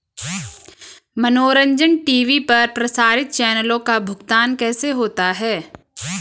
मनोरंजन टी.वी पर प्रसारित चैनलों का भुगतान कैसे होता है?